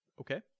Okay